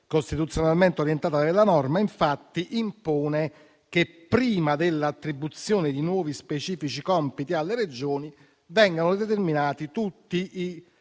costituzionalmente orientata della norma infatti impone che, prima dell'attribuzione di nuovi specifici compiti alle Regioni, vengano determinati tutti i